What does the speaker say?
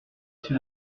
issu